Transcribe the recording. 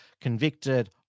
convicted